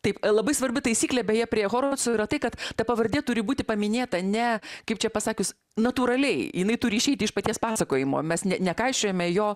taip labai svarbi taisyklė beje prie horoso yra tai kad ta pavardė turi būti paminėta ne kaip čia pasakius natūraliai jinai turi išeiti iš paties pasakojimo mes nekaišiojame jo